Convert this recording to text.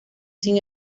sin